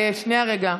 שנייה, רגע.